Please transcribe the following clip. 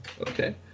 Okay